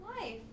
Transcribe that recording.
life